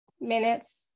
minutes